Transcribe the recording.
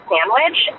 Sandwich